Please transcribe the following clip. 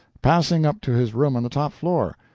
passing up to his room on the top floor.